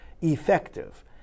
effective